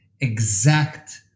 exact